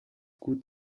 gut